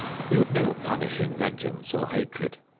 he would never punish in vengeance or hatred.